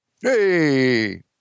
Hey